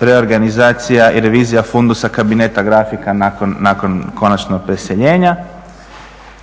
reorganizacija i revizija fundusa kabineta grafika nakon konačnog preseljenja.